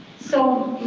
so,